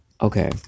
Okay